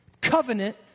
covenant